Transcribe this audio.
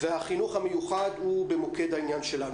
החינוך המיוחד הוא במוקד העניין שלנו.